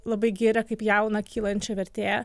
labai giria kaip jauną kylančią vertėją